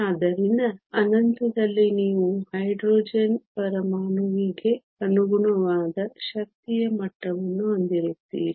ಆದ್ದರಿಂದ ಅನಂತದಲ್ಲಿ ನೀವು ಹೈಡ್ರೋಜನ್ ಪರಮಾಣುವಿಗೆ ಅನುಗುಣವಾದ ಶಕ್ತಿಯ ಮಟ್ಟವನ್ನು ಹೊಂದಿರುತ್ತೀರಿ